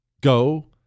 Go